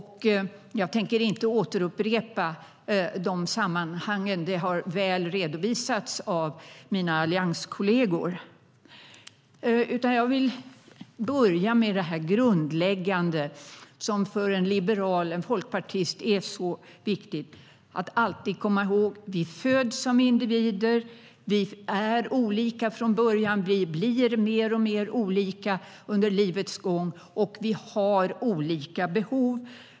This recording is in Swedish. Jag tänker inte återupprepa sammanhangen, för de har redovisats väl av mina allianskolleger. Jag vill i stället börja med det grundläggande, som för en liberal och en folkpartist är så viktigt att alltid komma ihåg: Vi föds som individer, vi är olika från början, vi blir mer och mer olika under livets gång och vi har olika behov.